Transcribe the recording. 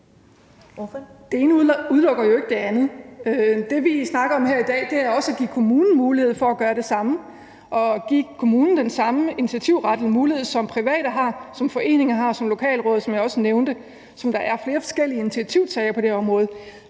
Det ene udelukker jo ikke det andet. Det, vi snakker om her i dag, er også at give kommunen mulighed for at gøre det samme, at give kommunen den samme initiativret, en mulighed, som private har, som foreninger har, og som lokalråd, som jeg også nævnte, har. Så der er flere forskellige initiativtagere på det her område.